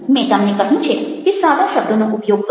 મેં તમને કહ્યું છે કે સાદા શબ્દોનો ઉપયોગ કરો